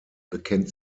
bekennt